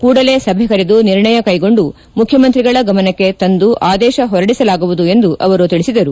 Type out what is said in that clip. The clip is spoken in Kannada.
ಕೂಡಲೇ ಸಭೆ ಕರೆದು ನಿರ್ಣಯ ಕೈಗೊಂಡು ಮುಖ್ಯಮಂತ್ರಿಗಳ ಗಮನಕ್ಕೆ ತಂದು ಅದೇಶ ಹೊರಡಿಸಲಾಗುವುದು ಎಂದು ಅವರು ಹೇಳಿದರು